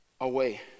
Away